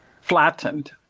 Flattened